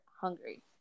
hungry